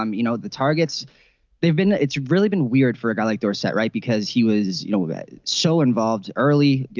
um you know the targets they've been. it's really been weird for a guy like thor said right because he was you know um so involved early.